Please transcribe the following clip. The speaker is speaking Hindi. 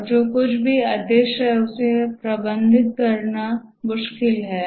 और जो कुछ भी अदृश्य है उसे प्रबंधित करना मुश्किल है